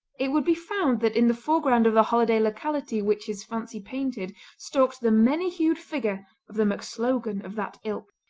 it would be found that in the foreground of the holiday locality which his fancy painted stalked the many hued figure of the macslogan of that ilk.